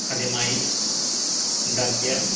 ആദ്യമായി ഉണ്ടാക്കിയ